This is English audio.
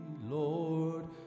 Lord